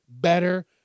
better